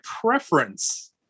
preference